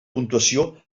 puntuació